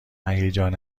هیجان